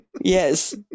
Yes